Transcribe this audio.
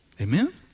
Amen